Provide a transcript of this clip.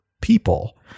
people